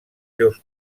seus